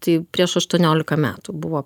tai prieš aštuoniolika metų buvo